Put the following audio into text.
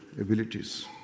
abilities